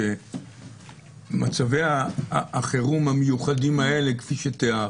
מצבי החירום המיוחדים האלה, כפי שתיארת,